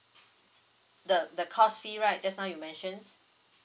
the the course fee right just now you mentioned